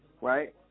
right